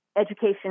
education